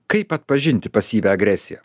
kaip atpažinti pasyvią agresiją